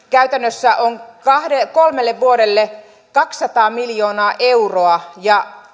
käytännössä on kolmelle vuodelle kaksisataa miljoonaa euroa ja